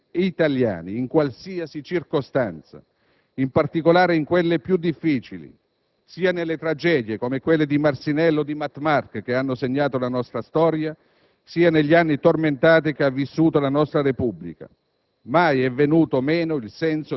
essere e sentirsi italiani, in qualsiasi circostanza, in particolare in quelle più difficili, sia nelle tragedie, come quelle di Marcinelle o di Mattmark, che hanno segnato la nostra storia, sia negli anni tormentati che ha vissuto la nostra Repubblica.